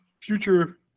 Future